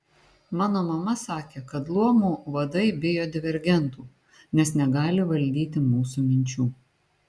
mano mama sakė kad luomų vadai bijo divergentų nes negali valdyti mūsų minčių